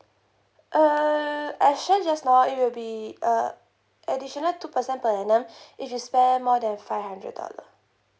uh as shared just now it will be a additional two percent per annum if you spend more than five hundred dollar